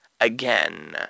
again